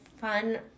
fun